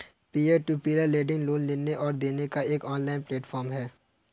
peer to peer lending loan लेने और देने का एक ऑनलाइन प्लेटफ़ॉर्म है